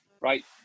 right